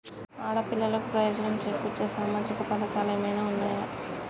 ఆడపిల్లలకు ప్రయోజనం చేకూర్చే సామాజిక పథకాలు ఏమైనా ఉన్నయా?